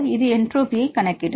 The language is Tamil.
இது என்ட்ரோபியைக் கணக்கிடும்